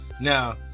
Now